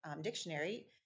dictionary